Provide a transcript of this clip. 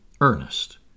Ernest